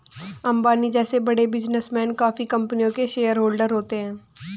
अंबानी जैसे बड़े बिजनेसमैन काफी कंपनियों के शेयरहोलडर होते हैं